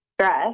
stress